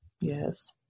Yes